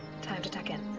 time to tuck in